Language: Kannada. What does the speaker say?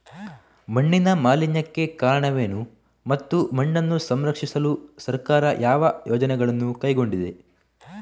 ಮಣ್ಣಿನ ಮಾಲಿನ್ಯಕ್ಕೆ ಕಾರಣವೇನು ಮತ್ತು ಮಣ್ಣನ್ನು ಸಂರಕ್ಷಿಸಲು ಸರ್ಕಾರ ಯಾವ ಯೋಜನೆಗಳನ್ನು ಕೈಗೊಂಡಿದೆ?